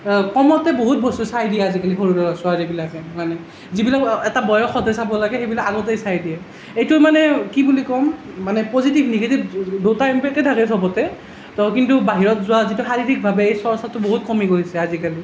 কমতে বহুত বস্তু চাই দিয়ে আজি কালি সৰু ল'ৰা ছোৱালীবিলাকে মানে যিবিলাক এটা বয়সতহে চাব লাগে সেইবিলাক আগতে চাই দিয়ে এইটো মানে কি বুলি কম মানে পজিতিভ নিগেতিভ দুটা ইমপেক্টই থাকে চবতে তো কিন্তু বাহিৰত যোৱা যিটো শাৰীৰিকভাৱে এই চৰ্চাটো বহুত কমি গৈছে আজি কালি